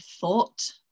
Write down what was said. thought